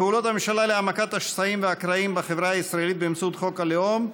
פעולות הממשלה להעמקת השסעים הקרעים בחברה הישראלית באמצעות חוק הלאום,